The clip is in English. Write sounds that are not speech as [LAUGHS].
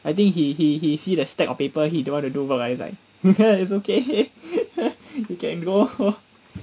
I think he he he see the stack of paper he don't want to do work ah it's like [LAUGHS] it's okay [LAUGHS] you can go